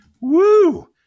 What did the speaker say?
Woo